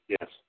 yes